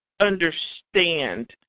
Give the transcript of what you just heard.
understand